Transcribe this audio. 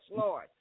Lord